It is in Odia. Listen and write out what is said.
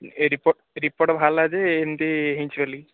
ଏ ରିପୋର୍ଟ୍ ରିପୋର୍ଟ୍ ବାହାରିଲା ଯେ ଏମିତି ହେଇଛି ବୋଲି